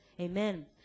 Amen